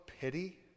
pity